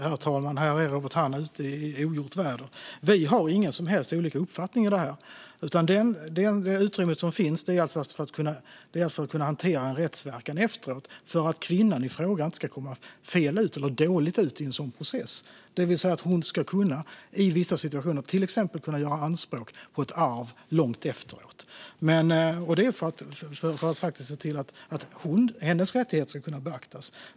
Herr talman! Här är Robert Hannah ute i ogjort väder. Vi har inte olika uppfattningar om detta. Det enda utrymme som finns är för att kunna hantera rättsverkan efteråt så att kvinnan i fråga inte ska komma dåligt ur en sådan process. Hon ska i vissa situationer till exempel kunna göra anspråk på ett arv långt efteråt. Det är för att hennes rättigheter ska beaktas.